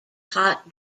hot